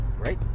Right